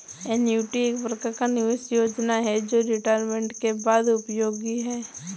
annuity एक प्रकार का निवेश योजना है जो रिटायरमेंट के बाद उपयोगी है